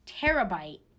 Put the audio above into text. terabyte